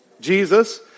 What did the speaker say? Jesus